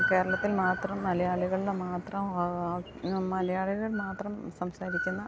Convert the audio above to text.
കേരളത്തിൽ മാത്രം മലയാളികളിൽ മാത്രം ഇത് മലയാളികൾ മാത്രം സംസാരിക്കുന്ന